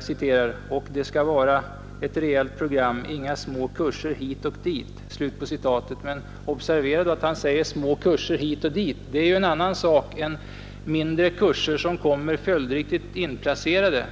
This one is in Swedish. sagt: ”Och det ska vara ett rejält program — inga små kurser hit och dit.” Observera att han säger små kurser hit och dit. Det är ju en annan sak än mindre kurser som kommer följdriktigt inplacerade.